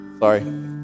Sorry